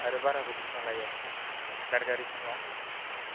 आरो बारहाखौ बेसेबां लायो दाथगारि सिमाव